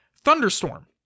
Thunderstorm